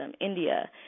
India